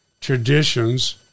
traditions